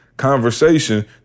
Conversation